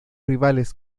rivales